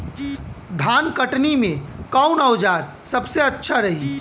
धान कटनी मे कौन औज़ार सबसे अच्छा रही?